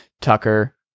Tucker